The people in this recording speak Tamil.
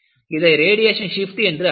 இதை ரேடியேஷன் ஷிப்ட் என்று அழைத்தனர்